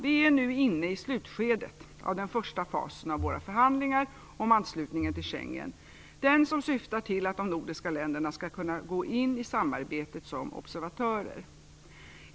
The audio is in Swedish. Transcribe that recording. Vi är nu inne i slutskedet av den första fasen av våra förhandlingar om anslutning till Schengensamarbetet; den som syftar till att de nordiska länderna skall kunna gå in i samarbetet som observatörer.